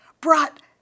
brought